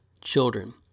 children